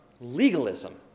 legalism